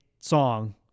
song